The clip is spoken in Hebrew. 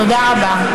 תודה רבה.